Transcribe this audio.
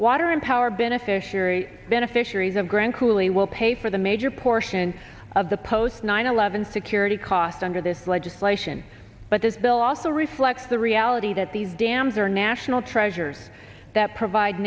water and power beneficiary beneficiaries of grand coulee will pay for the major portion of the post nine eleven security costs under this legislation but this bill also reflects the reality that these dams are national treasures that provide